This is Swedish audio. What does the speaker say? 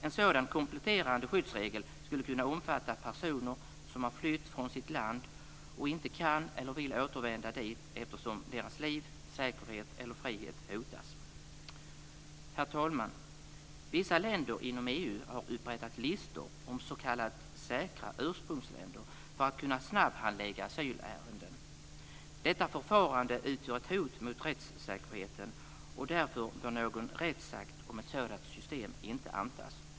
En sådan kompletterande skyddsregel skulle kunna omfatta personer som har flytt från sitt land och inte kan eller inte vill återvända dit eftersom deras liv, säkerhet eller frihet hotas. Herr talman! Vissa länder inom EU har upprättat listor om s.k. säkra ursprungsländer för att kunna snabbhandlägga asylärenden. Detta förfarande utgör ett hot mot rättssäkerheten, och därför bör någon rättsakt om ett sådant system inte antas.